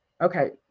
okay